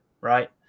right